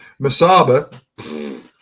Masaba